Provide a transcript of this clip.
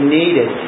needed